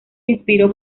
inspiró